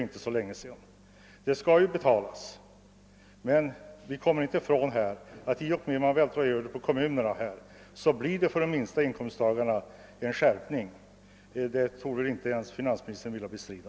Det hela skall ju betalas, och vi kommer inte ifrån att i och med att det sker en övervältring på kommunerna blir det en skatteskärpning för de minsta inkomsttagarna. Detta torde inte ens finansministern vilja bestrida.